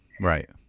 right